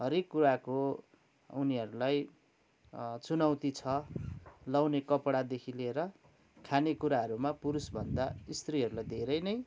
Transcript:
हरेक कुराको उनीहरूलाई चुनौती छ लाउने कपडादेखि लिएर खानेकुराहरूमा पुरुषभन्दा स्त्रीहरूलाई धेरै नै